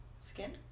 skin